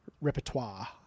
repertoire